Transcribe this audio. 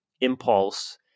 impulse